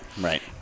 right